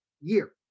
year